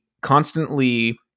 constantly